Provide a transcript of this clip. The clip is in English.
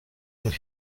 young